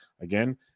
Again